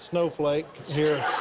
s-snowflake here.